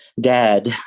Dad